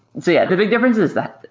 yeah, the big difference is that,